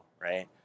right